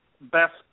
Best